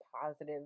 positive